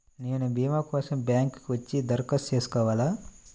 నేను భీమా కోసం బ్యాంక్కి వచ్చి దరఖాస్తు చేసుకోవాలా?